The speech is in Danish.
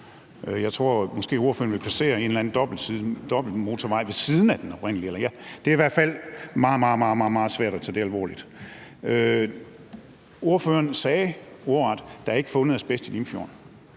Jeg tror, måske ordføreren vil placere en eller anden dobbeltsporet motorvej ved siden af den oprindelige. Det er i hvert fald meget, meget svært at tage det alvorligt. Ordføreren sagde ordret, at der ikke er fundet asbest i Limfjorden.